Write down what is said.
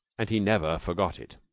and he never forgot it.